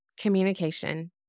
communication